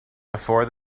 before